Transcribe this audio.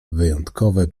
wyjątkowe